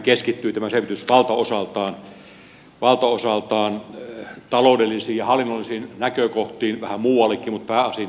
tämä selvityshän keskittyy valtaosaltaan taloudellisiin ja hallinnollisiin näkökohtiin vähän muuallekin mutta pääosin tähän